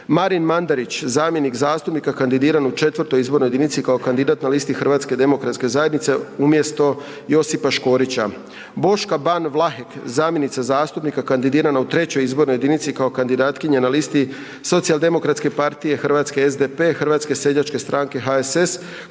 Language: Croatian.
Marin Mandarić, zamjenik zastupnika kandidiran u X. izbornoj jedinici kao kandidat na listi Hrvatske demokratske zajednice umjesto Josipa Škorića. Boška Ban Vlahek, zamjenica zastupnika kandidirana u III. izbornoj jedinici kao kandidatkinja na listi Socijaldemokratske partije Hrvatske, SDP, Hrvatske seljačke stranke, HSS,